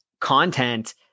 content